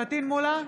פטין מולא,